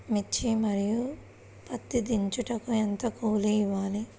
మిర్చి మరియు పత్తి దించుటకు ఎంత కూలి ఇవ్వాలి?